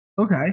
Okay